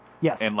Yes